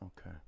okay